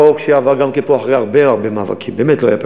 הצעת חוק שכל מי שמגיע לארץ נכנס